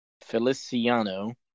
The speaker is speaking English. Feliciano